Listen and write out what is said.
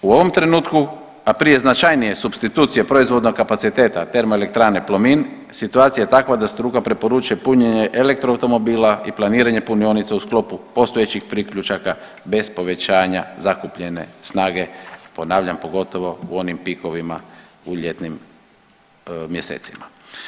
U ovom trenutku, a prije značajnije supstitucije proizvodnog kapaciteta Termoelektrane Plomin situacija je takva da struka preporučuje punjenje elektroautomobila i planiranje punionica u sklopu postojećih priključaka bez povećanja zakupljene snage, ponavljam pogotovo u onim pikovima u ljetnim mjesecima.